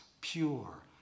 pure